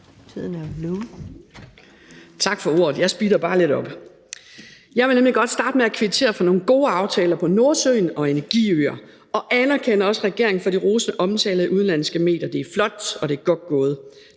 Tak for ordet. Jeg speeder bare lidt op. Jeg vil nemlig godt starte med at kvittere for nogle gode aftaler om Nordsøen og energiøer, og jeg anerkender også regeringen for den rosende omtale i de udenlandske medier. Det er flot, og det er godt gået.